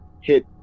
hit